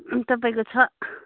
अँ तपाईँको छ